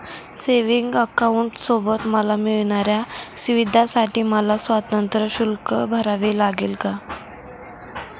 Savings अकाउंटसोबत मला मिळणाऱ्या सुविधांसाठी मला स्वतंत्र शुल्क भरावे लागेल का?